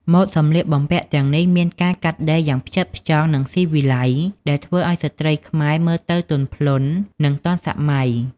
ម៉ូដសម្លៀកបំពាក់ទាំងនេះមានការកាត់ដេរយ៉ាងផ្ចិតផ្ចង់ និងស៊ីវីល័យ ដែលធ្វើឲ្យស្ត្រីខ្មែរមើលទៅទន់ភ្លន់ និងទាន់សម័យ។